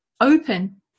open